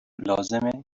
لازمه